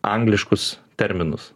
angliškus terminus